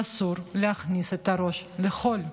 אסור להכניס את הראש לחול.